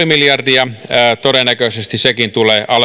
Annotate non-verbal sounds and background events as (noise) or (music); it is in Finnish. (unintelligible) miljardia todennäköisesti sekin tulee